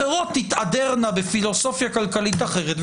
אחרות תתהדרנה בפילוסופיה כלכלית אחרת,